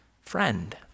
friend